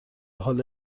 حالا